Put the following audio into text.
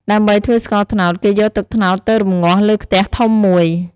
ដើម្បីធ្វើស្ករត្នោត គេយកទឹកត្នោតទៅរំងាស់លើខ្ទះធំមួយ។